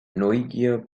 neugier